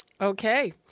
Okay